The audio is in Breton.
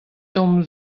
tamm